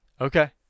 Okay